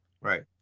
Right